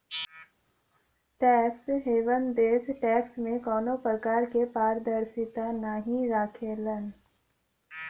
tax haven देश tax में कउनो प्रकार क पारदर्शिता नाहीं रखलन